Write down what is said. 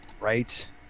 Right